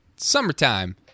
summertime